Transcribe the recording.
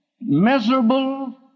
miserable